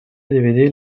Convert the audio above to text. dividir